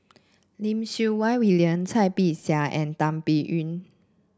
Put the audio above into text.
Lim Siew Wai William Cai Bixia and Tan Biyun